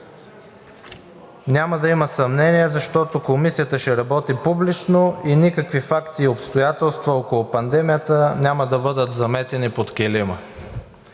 Няма да има съмнение, защото Комисията ще работи публично и никакви факти и обстоятелства около пандемията няма да бъдат заметени под килима.